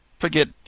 forget